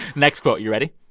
next quote. you ready?